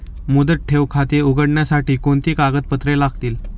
मुदत ठेव खाते उघडण्यासाठी कोणती कागदपत्रे लागतील?